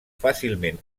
fàcilment